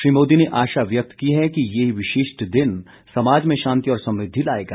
श्री मोदी ने आशा व्यक्त की है कि यह विशिष्ट् दिन समाज में शांति और समृद्धि लाएगा